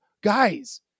guys